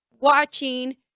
watching